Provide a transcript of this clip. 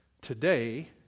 today